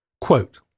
Quote